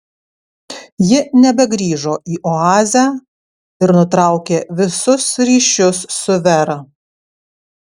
ji nebegrįžo į oazę ir nutraukė visus ryšius su vera